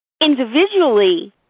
Individually